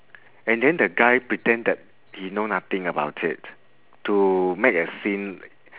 and then the guy pretend that he know nothing about it to make a scene